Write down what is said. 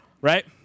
Right